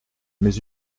mais